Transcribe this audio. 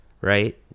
right